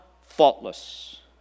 faultless